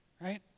right